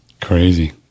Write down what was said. Crazy